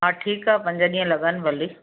हा ठीकु आहे पंज ॾींहं लॻनि भली